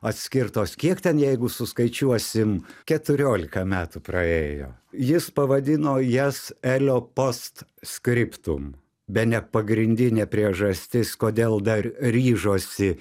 atskirtos kiek ten jeigu suskaičiuosim keturiolika metų praėjo jis pavadino jas elio post skriptum bene pagrindinė priežastis kodėl dar ryžosi